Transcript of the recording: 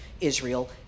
Israel